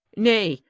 nay,